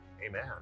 Amen